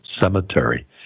cemetery